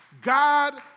God